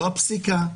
זו הפסיקה,